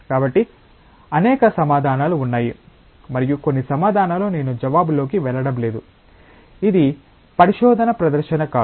కాబట్టి అనేక సమాధానాలు ఉన్నాయి మరియు కొన్ని సమాధానాలు నేను జవాబులోకి వెళ్ళడం లేదు ఇది పరిశోధన ప్రదర్శన కాదు